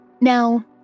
Now